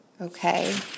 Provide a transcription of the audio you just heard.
okay